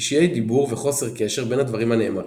קשיי דיבור וחוסר קשר בין הדברים הנאמרים.